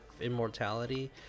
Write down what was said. immortality